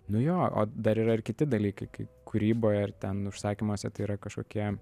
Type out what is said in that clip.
nu jo o dar yra ir kiti dalykai kai kūryboje ar ten užsakymuose tai yra kažkokie